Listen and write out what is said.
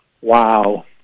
Wow